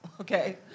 okay